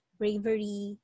bravery